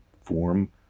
form